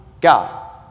God